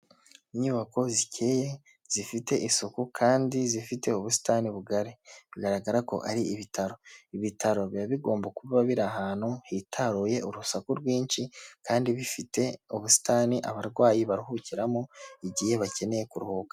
Inyubako zikeye zifite isuku kandi zifite ubusitani bugari, bigaragara ko ari ibitaro, ibitaro biba bigomba kuba biri ahantu hitaruye urusaku rwinshi kandi bifite ubusitani abarwayi baruhukiramo igihe bakeneye kuruhuka.